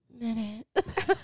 minute